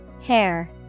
Hair